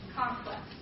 complex